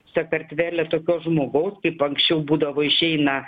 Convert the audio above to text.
sakartvele tokio žmogaus kaip anksčiau būdavo išeina